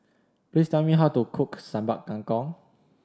please tell me how to cook Sambal Kangkong